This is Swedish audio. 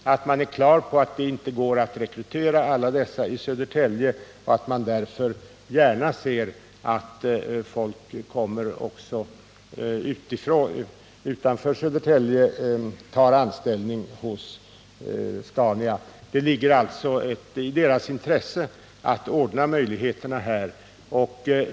Man är på det klara med att det inte går att rekrytera alla dessa i Södertälje och att man därför gärna ser att folk kommer från andra håll och tar anställning på Saab-Scania. Det ligger alltså i företagets intresse att skapa möjligheter härför.